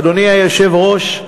אדוני היושב-ראש,